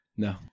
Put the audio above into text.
No